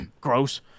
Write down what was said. gross